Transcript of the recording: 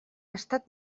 estat